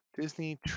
Disney